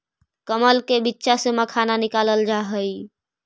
कमल के बीच्चा से मखाना निकालल जा हई